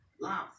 laugh